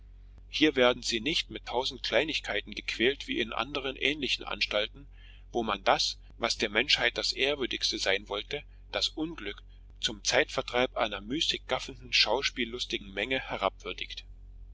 hier werden sie nicht mit tausend kleinigkeiten gequält wie in anderen ähnlichen anstalten wo man das was der menschheit das ehrwürdigste sein wollte das unglück zum zeitvertreib einer müßig gaffenden schauspiellustigen menge herabwürdigt